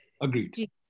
Agreed